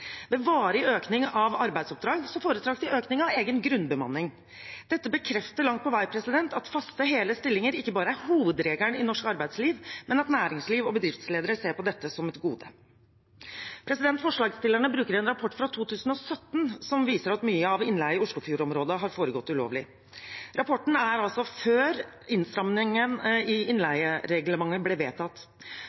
Ved varig økning av arbeidsoppdrag foretrakk de økning av egen grunnbemanning. Dette bekrefter langt på vei at faste, hele stillinger ikke bare er hovedregelen i norsk arbeidsliv, men at næringsliv og bedriftsledere ser på dette som et gode. Forslagsstillerne bruker en rapport fra 2017 som viser at mye av innleie i Oslofjord-området har foregått ulovlig. Rapporten er altså fra før innstramningen i innleiereglementet ble vedtatt.